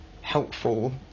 helpful